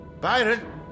Byron